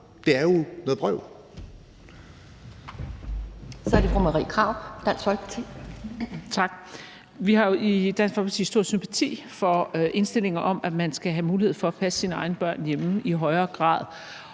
Det er jo noget vrøvl.